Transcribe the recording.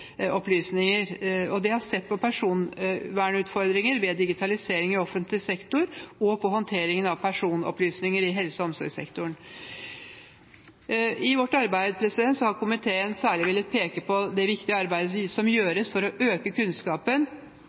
personopplysninger, og de har sett på personvernutfordringer ved digitalisering av offentlig sektor og på håndteringen av personopplysninger i helse- og omsorgssektoren. I vårt arbeid har komiteen særlig villet peke på det viktige arbeidet som gjøres for å øke kunnskapen